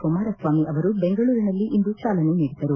ಕುಮಾರಸ್ವಾಮಿ ಅವರು ಬೆಂಗಳೂರಿನಲ್ಲಿ ಇಂದು ಜಾಲನೆ ನೀಡಿದರು